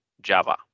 java